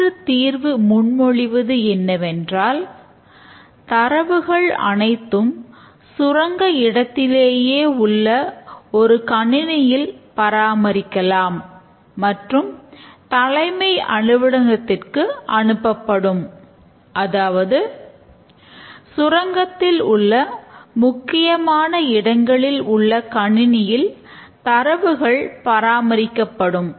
மாற்றுத் தீர்வு முன்மொழிவது என்னவென்றால் தரவுகள் அனைத்தும் சுரங்க இடத்திலேயே உள்ள ஒரு கணினியில் பராமரிக்கலாம் மற்றும் தலைமை அலுவலகத்திற்கு அனுப்பப்படும்